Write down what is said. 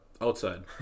Outside